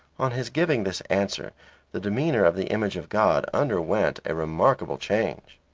on his giving this answer the demeanour of the image of god underwent a remarkable change.